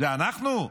זה אנחנו?